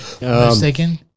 mistaken